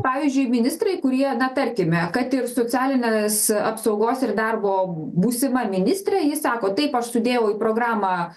pavyzdžiui ministrai kurie na tarkime kad ir socialinės apsaugos ir darbo būsima ministrė ji sako taip aš sudėjau į programą